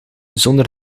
zonder